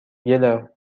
گلر